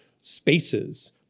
spaces